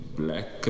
black